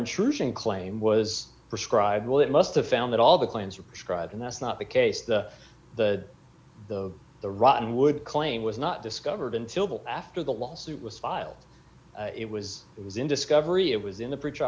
intrusion claim was prescribed well it must have found that all the claims are prescribed and that's not the case the the the the rotten wood claim was not discovered until after the lawsuit was filed it was it was in discovery it was in the